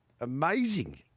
amazing